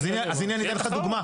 אז הנה אני אתן לך דוגמה.